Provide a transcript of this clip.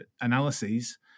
analyses